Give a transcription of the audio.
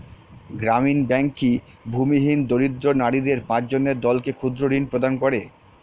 গ্রামীণ ব্যাংক কি ভূমিহীন দরিদ্র নারীদের পাঁচজনের দলকে ক্ষুদ্রঋণ প্রদান করে?